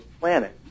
planet